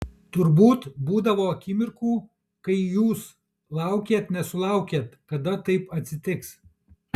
turbūt būdavo akimirkų kai jūs laukėt nesulaukėt kada taip atsitiks